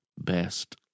best